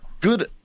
good